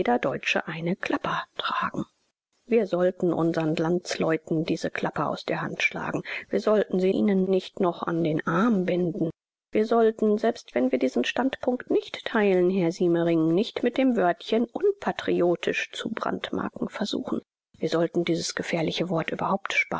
deutsche eine klapper tragen wir sollten unsern landsleuten diese klapper aus der hand schlagen wir sollten sie ihnen nicht noch an den arm binden wir sollten selbst wenn wir diesen standpunkt nicht teilen herr siemering nicht mit dem wörtchen unpatriotisch zu brandmarken versuchen wir sollten dieses gefährliche wort überhaupt